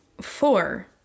four